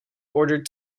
ordered